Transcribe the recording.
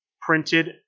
printed